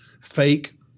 fake